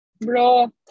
bro